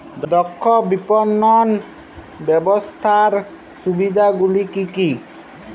দক্ষ বিপণন ব্যবস্থার সুবিধাগুলি কি কি?